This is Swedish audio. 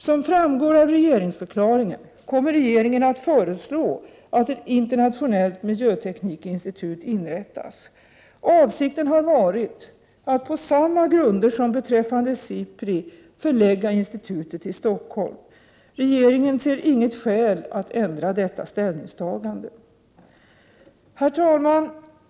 Som framgår av regeringsförklaringen, kommer regeringen att föreslå att ett internationellt miljötekniskt institut inrättas. Avsikten har varit att, på samma grunder som beträffande SIPRI, förlägga institutet till Stockholm. Regeringen ser inget skäl att ändra detta ställningstagande. Herr talman!